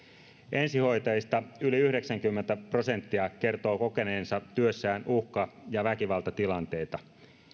ensihoitajista yli yhdeksänkymmentä prosenttia kertoo kokeneensa työssään uhka ja väkivaltatilanteita ja